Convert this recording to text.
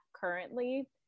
currently